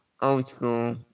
old-school